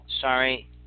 Sorry